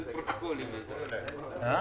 הסעיף האחרון בסדר היום,